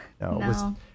No